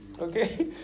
okay